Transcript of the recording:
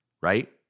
right